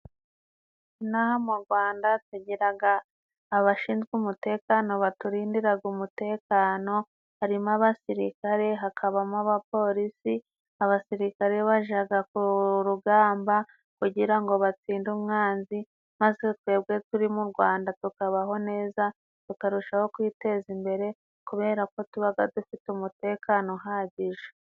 Inaha mu Rwanda tugiraga abashinzwe umutekano, baturindiraga umutekano, harimo abasirikare, hakabamo abapolisi, abasirikare bajaga ku rugamba kugira ngo batsinde umwanzi, maze twebwe turi mu Rwanda tukabaho neza, tukarushaho kwiteza imbere, kubera ko tubaga dufite umutekano uhagije.